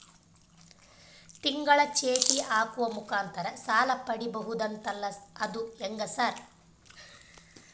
ತಿಂಗಳ ಚೇಟಿ ಹಾಕುವ ಮುಖಾಂತರ ಸಾಲ ಪಡಿಬಹುದಂತಲ ಅದು ಹೆಂಗ ಸರ್?